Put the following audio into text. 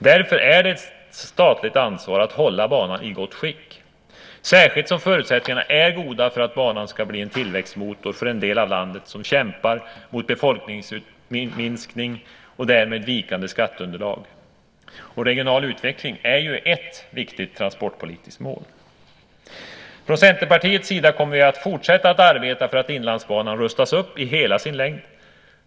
Därför är det ett statligt ansvar att hålla banan i gott skick, särskilt som förutsättningarna är goda för att banan ska bli en tillväxtmotor för en del av landet som kämpar mot befolkningsminskning och därmed vikande skatteunderlag. Och regional utveckling är ju ett viktigt transportpolitiskt mål. Från Centerpartiets sida kommer vi att fortsätta att arbeta för att Inlandsbanan rustas upp i hela sin längd.